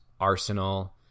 Arsenal